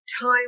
time